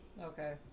Okay